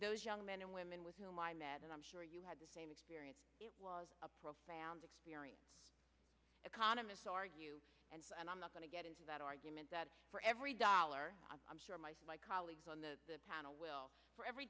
those young men and women with whom i met and i'm sure you had the same experience it was a profound experience economists argue and i'm not going to get into that argument that for every dollar i'm sure my colleagues on the panel will for every